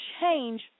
change